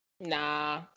Nah